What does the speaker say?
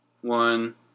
one